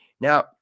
Now